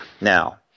Now